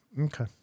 okay